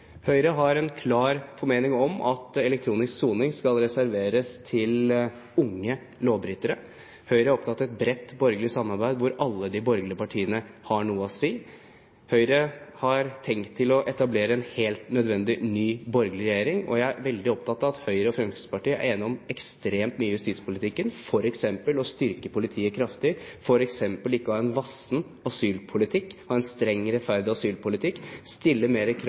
Høyre har en klar formening om at elektronisk soning skal reserveres unge lovbrytere. Høyre er opptatt av et bredt borgerlig samarbeid, hvor alle de borgerlige partiene har noe å si. Høyre har tenkt å etablere en helt nødvendig ny borgerlig regjering, og jeg er veldig opptatt av at Høyre og Fremskrittspartiet er enig om ekstremt mye i justispolitikken, f.eks. å styrke politiet kraftig, f.eks. ikke å ha en vassen asylpolitikk, men ha en streng og rettferdig asylpolitikk,